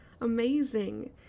amazing